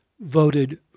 voted